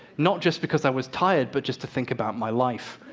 not just because i was tired, but just to think about my life.